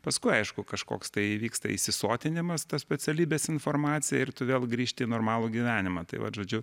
paskui aišku kažkoks tai įvyksta įsisotinimas tos specialybės informacija ir tu vėl grįžti į normalų gyvenimą tai vat žodžiu